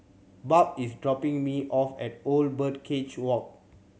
Barb is dropping me off at Old Birdcage Walk